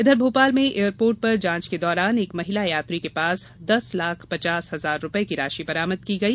इधर भोपाल में एयरपोर्ट पर जांच के दौरान एक महिला यात्री के पास दस लाख पचास हजार रूपये की राशि बरामद की गई